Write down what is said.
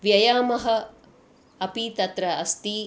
व्यायामः अपि तत्र अस्ति